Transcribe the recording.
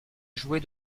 jouer